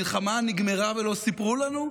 המלחמה נגמרה ולא סיפרו לנו?